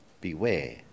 Beware